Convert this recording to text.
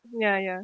ya ya